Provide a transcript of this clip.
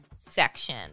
section